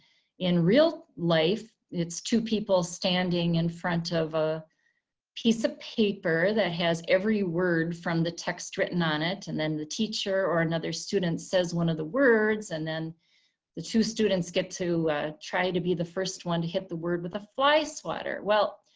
in real life it's two people standing in front of a piece of paper that has every word from the text written on it. and then the teacher or another student says one of the words and then the two students get to try to be the first one to hit the word with a flyswatter. well,